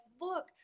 look